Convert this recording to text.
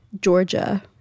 Georgia